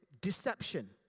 deception